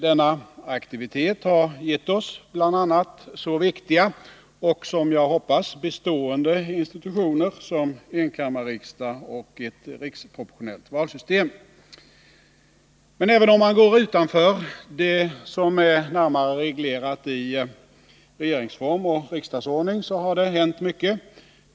Denna aktivitet har gett oss bl.a. så viktiga och —-som jag hoppas — bestående institutioner som enkammarriksdag och ett riksproportionellt valsystem. Men även utanför det som är närmare reglerat i regeringsform och riksdagsordning har det hänt mycket.